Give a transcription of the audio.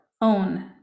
own